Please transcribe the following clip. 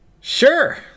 Sure